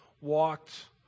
walked